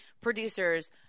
producers